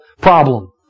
problem